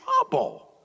trouble